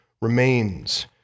remains